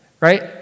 right